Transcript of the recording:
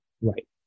right